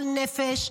כל נפש.